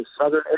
southern